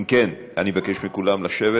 אם כן, אני מבקש מכולם לשבת.